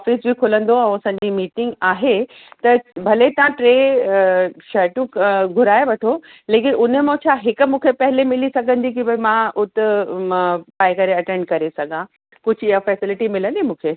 office बि खुलंदो और असांजी मीटिंग आहे त भले तव्हां टे शर्टूं घुराए वठो लेकिनि हुन मां छा हिकु मूंखे पहिले मिली सघंदी कि भई मां उते मां पाए करे अटेंड करे सघां कुझु इयं फ़ैसिलिटी मिलंदी मूंखे